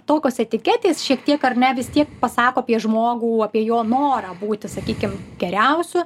tokios etiketės šiek tiek ar ne vis tiek pasako apie žmogų apie jo norą būti sakykim geriausiu